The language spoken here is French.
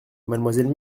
mademoiselle